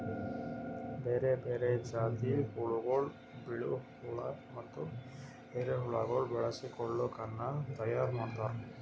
ಬೇರೆ ಬೇರೆ ಜಾತಿದ್ ಹುಳಗೊಳ್, ಬಿಳಿ ಹುಳ ಮತ್ತ ಎರೆಹುಳಗೊಳ್ ಬಳಸಿ ಕೊಳುಕನ್ನ ತೈಯಾರ್ ಮಾಡ್ತಾರ್